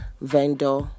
vendor